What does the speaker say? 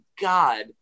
God